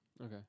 Okay